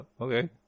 okay